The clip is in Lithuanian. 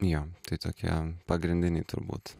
jo tai tokie pagrindiniai turbūt